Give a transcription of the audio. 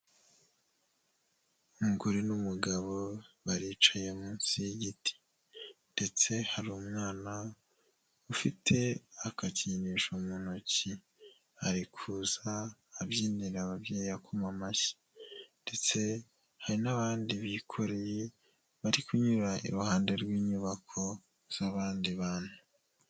Umugore n'umugabo, baricaye munsi y'igiti ndetse hari umwana ufite agakinisho mu ntoki, ari kuza abyinira ababyeyi akoma amashyi ndetse hari n'abandi bikoreye, bari kunyura iruhande rw'inyubako z'abandi bantu.